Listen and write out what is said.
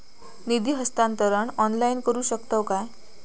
निधी हस्तांतरण ऑनलाइन करू शकतव काय?